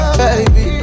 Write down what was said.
baby